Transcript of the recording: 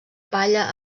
palla